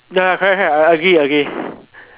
ya correct correct I agree I agree